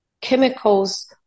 chemicals